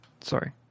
Sorry